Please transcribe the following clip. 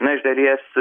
na iš dalies